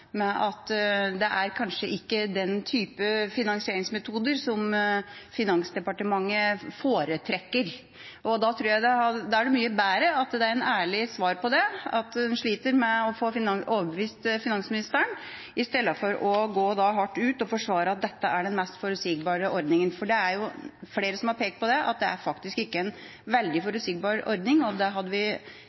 at det er kanskje ikke er den type finansieringsmetoder Finansdepartementet foretrekker. Da tror jeg det er mye bedre å gi et ærlig svar på det og si at en sliter med å få overbevist finansministeren, i stedet for å gå hardt ut og forsvare at dette er den mest forutsigbare ordningen. Det er flere som har pekt på at det faktisk ikke er en veldig forutsigbar ordning, og vi hadde veldig gjerne sett at det hadde